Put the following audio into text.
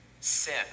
Sin